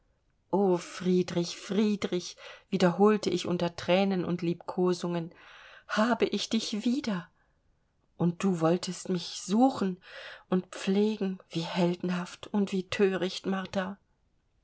friedrich friedrich wiederholte ich unter thränen und liebkosungen habe ich dich wieder und du wolltest mich suchen und pflegen wie heldenhaft und wie thöricht martha